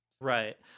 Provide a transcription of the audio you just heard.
Right